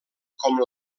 com